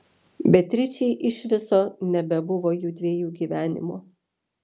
beatričei iš viso nebebuvo jųdviejų gyvenimo